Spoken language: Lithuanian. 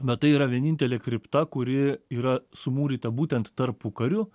bet tai yra vienintelė kripta kuri yra sumūryta būtent tarpukariu